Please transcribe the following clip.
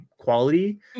quality